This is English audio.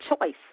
choice